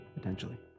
potentially